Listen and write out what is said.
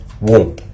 womb